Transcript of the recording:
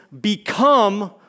become